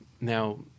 now